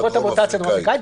בעקבות המוטציה הדרום אפריקנית,